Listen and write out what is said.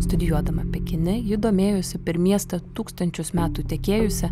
studijuodama pekine ji domėjosi per miestą tūkstančius metų tekėjusią